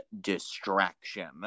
distraction